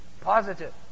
positive